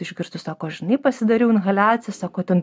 išgirstu sako žinai pasidariau inhaliaciją sako ten